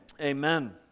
Amen